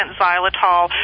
xylitol